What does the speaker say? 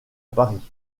paris